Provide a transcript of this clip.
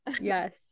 yes